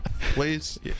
please